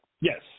Yes